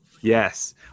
Yes